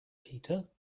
peter